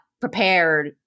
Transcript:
prepared